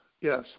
yes